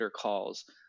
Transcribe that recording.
calls